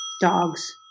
Dogs